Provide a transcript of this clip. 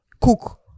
cook